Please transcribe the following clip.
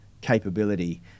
capability